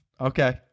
Okay